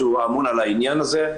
שהוא אמון על העניין הזה,